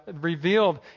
revealed